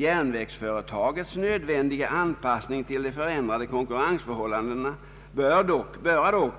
Järnvägsföretagets nödvändiga anpassning till de förändrade konkurrensförhållandena borde dock,